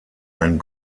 ein